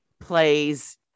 plays